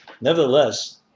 Nevertheless